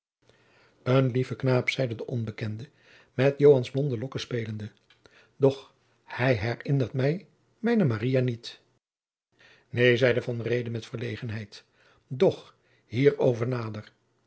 een lieve knaap zeide de onbekende met joans blonde lokken spelende doch hij herinnert mij mijne maria niet neen zeide van reede met verlegenheid doch hierover nader